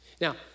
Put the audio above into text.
Now